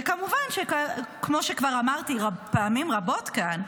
וכמובן, כמו שכבר אמרתי פעמים רבות כאן,